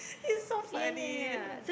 it's so funny